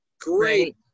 great